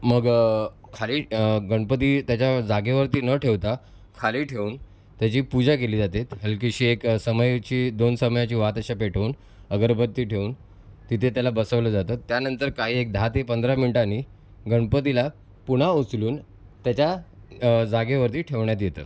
मग खाली गणपती त्याच्या जागेवरती न ठेवता खाली ठेवून त्याची पूजा केली जाते हलकीशी एक समईची दोन समयांची वात अशा पेटवून अगरबत्ती ठेवून तिथे त्याला बसवलं जातं त्यानंतर काही एक दहा ते पंधरा मिनटांनी गणपतीला पुन्हा उचलून त्याच्या जागेवरती ठेवण्यात येतं